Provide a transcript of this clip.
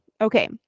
okay